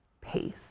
pace